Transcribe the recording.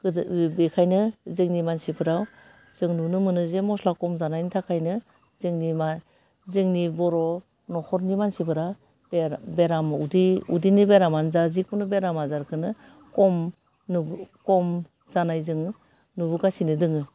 गोदो बेखायनो जोंनि मानसिफोरा जों नुनो मोनो जे मस्ला खम जानायनि थाखायनो जोंनि मा जोंनि बर' न'खरनि मानसिफोरा बेराम उदै उदैनि बेरामा जा जिखुनु बेराम आजारखौनो खम जानाय जोङो नुबोगासिनो दङो